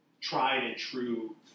tried-and-true